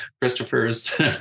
Christopher's